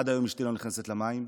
עד היום אשתי לא נכנסת למים.